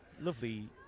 Lovely